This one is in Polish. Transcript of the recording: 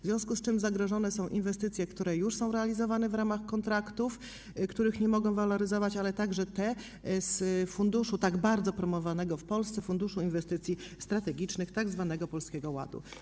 W związku z tym zagrożone są inwestycje, które już są realizowane w ramach kontraktów, których nie można waloryzować, ale także w ramach tak bardzo promowanego w Polsce funduszu inwestycji strategicznych, tzw. Polskiego Ładu.